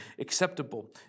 acceptable